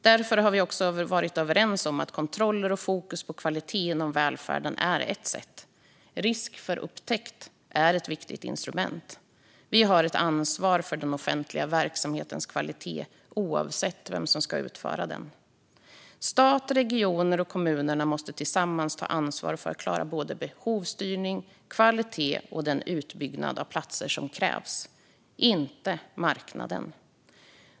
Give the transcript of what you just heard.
Därför har vi också varit överens om att kontroller och fokus på kvalitet inom välfärden kan vara ett sätt. Risk för upptäckt är ett viktigt instrument. Vi har ett ansvar för den offentliga verksamhetens kvalitet oavsett vem som ska utföra den. Staten, regionerna och kommunerna måste tillsammans ta ansvar för att klara behovsstyrning, kvalitet och utbyggnaden av de platser som krävs - inte marknaden.